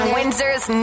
Windsor's